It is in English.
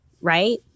Right